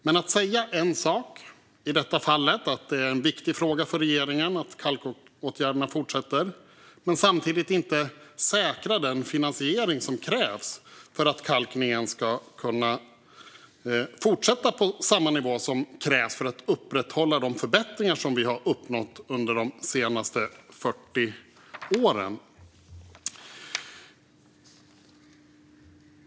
Men man säger en sak - i detta fall att det är en viktig fråga för regeringen att kalkåtgärderna fortsätter - men säkrar samtidigt inte den finansiering som krävs för att kalkningen ska kunna fortsätta på samma nivå som krävs för att upprätthålla de förbättringar som vi har uppnått under de senaste 40 åren.